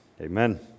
Amen